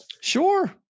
Sure